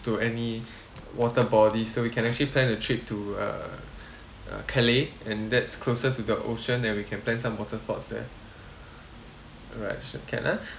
to any water body so we can actually plan the trip to uh uh calais and that's closer to the ocean then we can plan some water sports there right sure can ah